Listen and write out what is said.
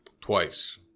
Twice